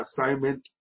assignment